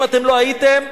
אם לא הייתם,